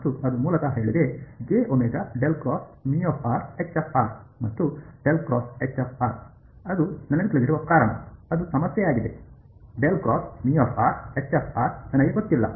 ಮತ್ತು ಅದು ಮೂಲತಃ ಹೇಳಿದೆ ಮತ್ತು ಅದು ನನಗೆ ತಿಳಿದಿರುವ ಕಾರಣ ಅದು ಸಮಸ್ಯೆಯಾಗಿದೆ ನನಗೆ ಗೊತ್ತಿಲ್ಲ